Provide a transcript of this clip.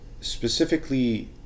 specifically